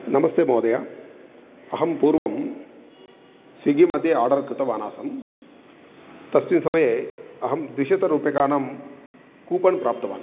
नमस्ते महोदय अहं पूर्वं स्विग्गि मध्ये आडर् कृतवान् आसं तस्मिन् समये अहं द्विशतरूप्यकाणां कूपन् प्राप्तवान्